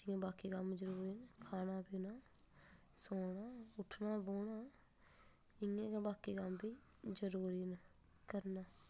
जि'यां बाकी कम्म जरूरी न खाना पीना सोना उट्ठना बौह्ना इ'यां गै बाकी कम्म बी जरूरी न करना